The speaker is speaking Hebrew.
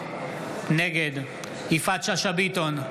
נגד יפעת שאשא ביטון,